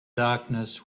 darkness